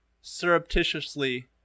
surreptitiously